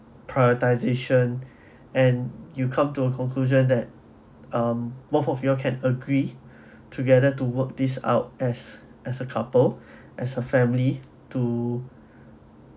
prioritization and you come to a conclusion that um both of you all can agree together to work this out as as a couple as her family to